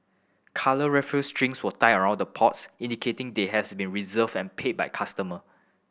coloured raffia strings were tied around the pots indicating they has been reserved and paid by customer